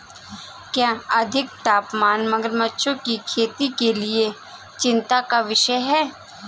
क्या अधिक तापमान मगरमच्छों की खेती के लिए चिंता का विषय है?